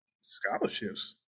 scholarships